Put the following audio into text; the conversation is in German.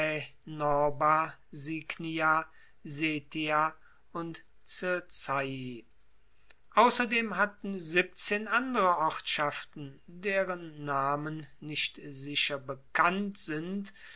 setia und circeii ausserdem hatten siebzehn andere ortschaften deren namen nicht sicher bekannt sind